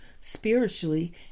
spiritually